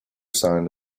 sign